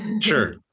Sure